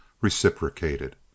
reciprocated